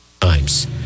Times